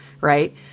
right